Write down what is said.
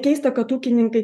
keista kad ūkininkai